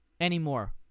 anymore